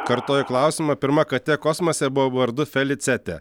kartoju klausimą pirma katė kosmose buvo vardu felicetė